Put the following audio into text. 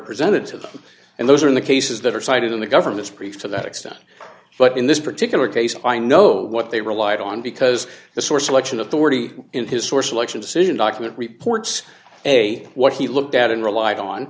presented to them and those are the cases that are cited in the government's brief to that extent but in this particular case i know what they relied on because the source election of the worthy in his source election decision document reports say what he looked at and rel